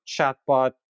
chatbot